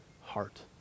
heart